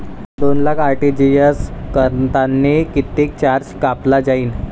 दोन लाख आर.टी.जी.एस करतांनी कितीक चार्ज कापला जाईन?